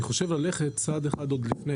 אני חושב ללכת צעד אחד לפני